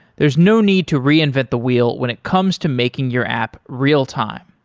there's no need to reinvent the wheel when it comes to making your app real-time.